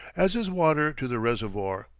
as is water to the reservoir.